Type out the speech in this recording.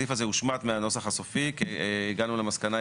הסעיף הזה הושמט מהנוסח הסופי כי הגענו למסקנה,